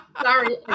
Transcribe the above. sorry